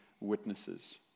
witnesses